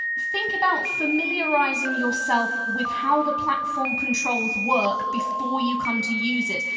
think about familiarising yourself with how the platform controls work before you come to use it.